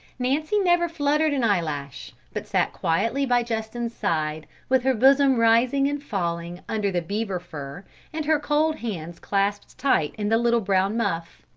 nancy never fluttered an eyelash, but sat quietly by justin's side with her bosom rising and falling under the beaver fur and her cold hands clasped tight in the little brown muff.